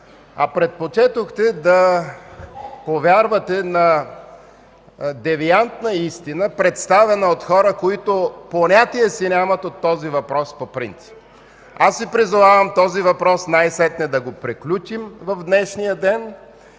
а предпочетохте да повярвате на девиантна истина, представена от хора, които понятие си нямат от този въпрос по принцип. Аз Ви призовавам този въпрос най-сетне да го приключим в днешния ден,